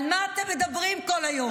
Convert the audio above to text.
על מה אתם מדברים כל היום?